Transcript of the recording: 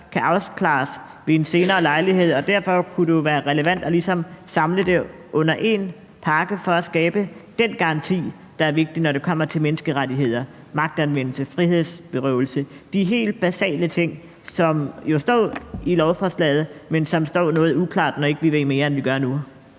kan afklares ved en senere lejlighed, og at det derfor kunne være relevant ligesom at samle det i én pakke for at skabe den garanti, der er vigtig, når det kommer til menneskerettigheder, magtanvendelse og frihedsberøvelse? Det er helt basale ting, som jo står i lovforslaget, men som står noget uklart, når vi ikke ved mere, end vi gør nu.